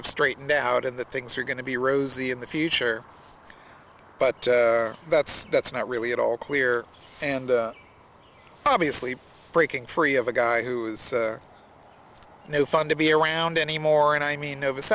of straightened out and that things are going to be rosy in the future but that's that's not really at all clear and obviously breaking free of a guy who is no fun to be around anymore and i mean